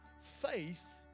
Faith